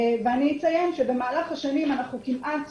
אני אציין שבמהלך השנים אנחנו כמעט